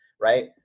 Right